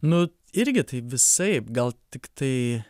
nu irgi taip visaip gal tiktai